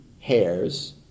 hairs